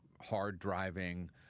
hard-driving